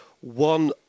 one